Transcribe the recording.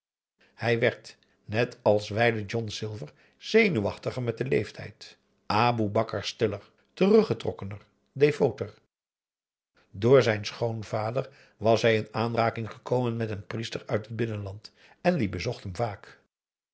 hij werd net als wijlen john silver zenuwachtiger met den leeftijd boe akar stellig teruggetrokkener de otter oor zijn schoonvader was hij in aanraking gekomen met een priester uit het binnenland en die bezocht hem vaak